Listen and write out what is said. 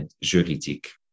juridique